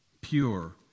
pure